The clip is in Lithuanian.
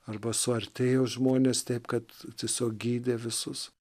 arba suartėjo žmonės taip kad tiesiog gydė visus